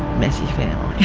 messy family